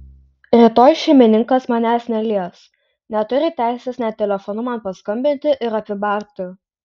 rytoj šeimininkas manęs nelies neturi teisės net telefonu man paskambinti ir apibarti